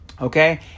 Okay